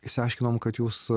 išsiaiškinom kad jūs